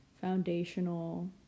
foundational